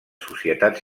societats